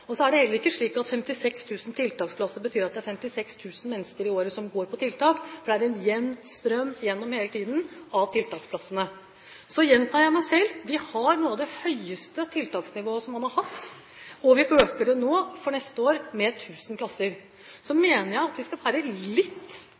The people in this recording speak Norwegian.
Så er det heller ikke slik at 56 000 tiltaksplasser betyr at det er 56 000 mennesker i året som går på tiltak, for det er hele tiden en jevn strøm av folk gjennom tiltaksplassene. Så gjentar jeg meg selv: Vi har noe av det høyeste tiltaksnivået som man har hatt, og vi øker det nå for neste år med 1 000 plasser.